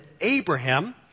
Abraham